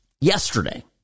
yesterday